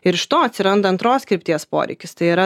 ir iš to atsiranda antros krypties poreikis tai yra